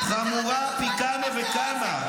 למה צריך לתת לו זמן,